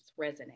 resonate